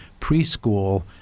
preschool